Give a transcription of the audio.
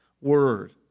Word